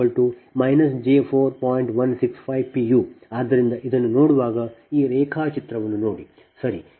u ಆದ್ದರಿಂದ ಇದನ್ನು ನೋಡುವಾಗ ಈ ರೇಖಾಚಿತ್ರವನ್ನು ನೋಡಿ ಸರಿ